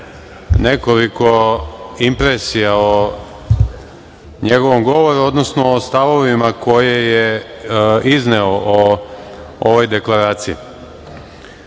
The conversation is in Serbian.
nekoliko impresija o njegovom govoru, odnosno o stavovima koje je izneo o ovoj deklaraciji. Mi